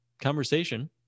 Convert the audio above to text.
conversation